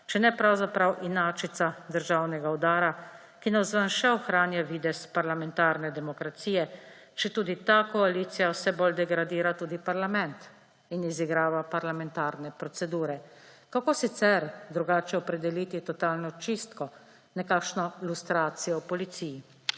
če ne pravzaprav inačica državnega udara, ki navzven še ohranja videz parlamentarne demokracije, četudi ta koalicija vse bolj degradira tudi parlament in izigrava parlamentarne procedure?! Kako sicer drugače opredeliti totalno čistko, nekakšno lustracijo v policiji?